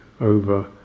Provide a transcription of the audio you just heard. over